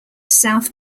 south